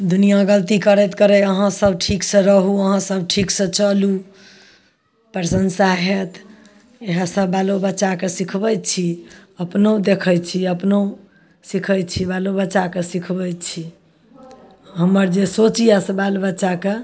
दुनियाँ गलती करय तऽ करय अहाँ सब ठीक सऽ रहू अहाँ सब ठीक सय चलू प्रशंसा होयत इएह सब बालो बच्चाके सिखबै छी अपनो देखै छी आ अपनो सिखै छी बालो बच्चाके सिखबै छियै हमर जे सोच यऽ से बालबच्चाके